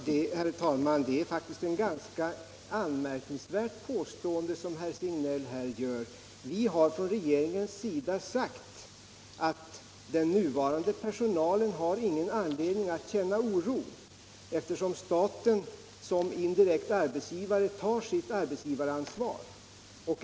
Herr talman! Det är faktiskt ett ganska anmärkningsvärt påstående som herr Signell här gör. Regeringen har sagt att den nuvarande per sonalen inte har någon anledning att känna oro, eftersom staten som arbetsgivare måste ta sitt arbetsgivaransvar.